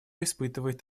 испытывает